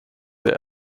der